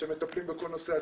שמטפלים בכל נושא התעודות,